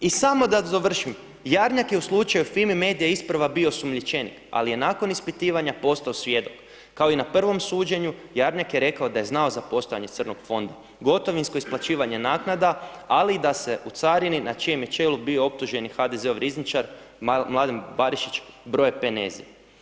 I samo da završim, Jarnjak je u slučaju FIMI MEDIA isprva bio osumnjičenik ali je nakon ispitivanja postao svjedok kao i na prvom suđenju Jarnjak je rekao da je znao za postojanje crnog fonda, gotovinsko isplaćivanje naknada ali i da se u carini na čijem je čelu bio optuženi HDZ-ov rizničar Mladen Barišić broje penezi.